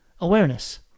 awareness